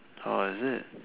orh is it